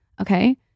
Okay